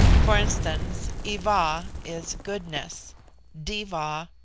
for instance, iva is goodness diva,